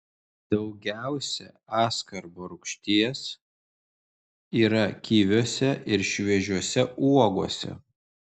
daugiausia askorbo rūgšties yra kiviuose ir šviežiose uogose